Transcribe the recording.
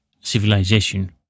civilization